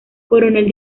coronel